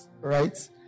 right